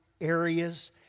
areas